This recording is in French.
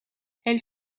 elle